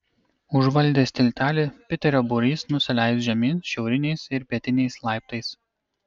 užvaldęs tiltelį piterio būrys nusileis žemyn šiauriniais ir pietiniais laiptais